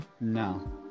no